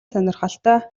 сонирхолтой